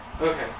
Okay